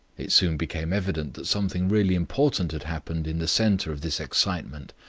it soon became evident that something really important had happened in the centre of this excitement.